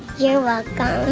you're welcome